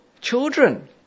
children